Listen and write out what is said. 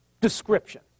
description